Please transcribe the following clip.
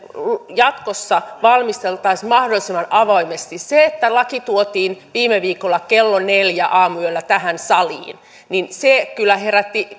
jatkossa valmisteltaisiin mahdollisimman avoimesti se että laki tuotiin viime viikolla kello neljällä aamuyöllä tähän saliin kyllä herätti